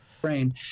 Brain